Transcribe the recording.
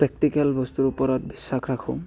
practical বস্তুৰ ওপৰত বিশ্বাস ৰাখোঁ